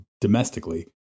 domestically